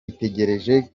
itegereje